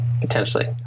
potentially